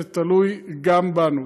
זה תלוי גם בנו.